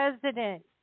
president